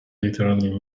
literally